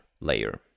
layer